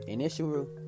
initial